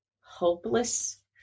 hopeless